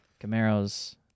Camaros